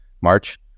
March